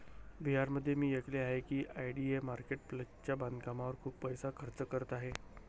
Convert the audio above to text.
बिहारमध्ये मी ऐकले आहे की आय.डी.ए मार्केट प्लेसच्या बांधकामावर खूप पैसा खर्च करत आहे